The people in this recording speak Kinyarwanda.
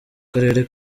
karere